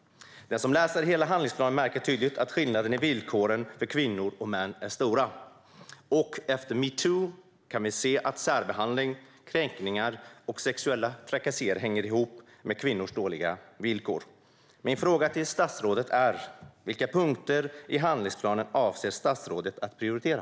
Den som läser hela handlingsplanen märker tydligt att skillnaden i villkor mellan män och kvinnor är stor. Efter metoo kan vi se att särbehandling, kränkningar och sexuella trakasserier hänger ihop med kvinnors dåliga villkor. Min fråga till statsrådet är: Vilka punkter i handlingsplanen avser statsrådet att prioritera?